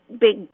big